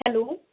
hello